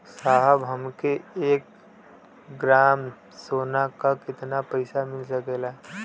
साहब हमके एक ग्रामसोना पर कितना पइसा मिल सकेला?